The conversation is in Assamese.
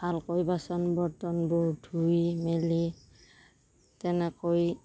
ভালকৈ বাচন বৰ্তনবোৰ ধুই মেলি তেনেকৈ